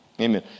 Amen